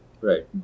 Right